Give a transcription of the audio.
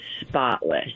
spotless